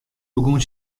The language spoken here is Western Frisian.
begûn